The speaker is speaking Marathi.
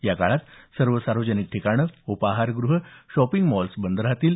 याकाळात सर्व सार्वजनिक ठिकाणं उपाहारग्रहं शॉपिंग मॉल्स बंद राहतील